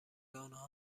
آنها